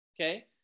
okay